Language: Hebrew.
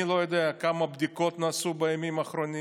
אני לא יודע כמה בדיקות נעשו בימים האחרונים,